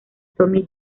tommy